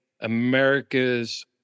America's